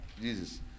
Jesus